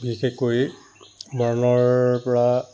বিশেষকৈ মৰাণৰ পৰা